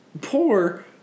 poor